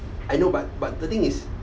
I know but but the thing is